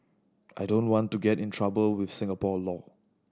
I don't want to get in trouble with Singapore law